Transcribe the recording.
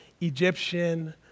Egyptian